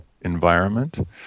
environment